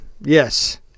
yes